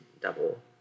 double